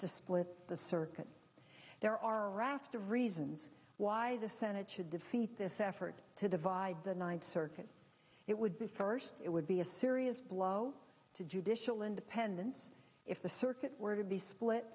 to split the circuit there are a raft of reasons why the senate should defeat this effort to divide the ninth circuit it would be first it would be a serious blow to judicial independence if the circuit were to be split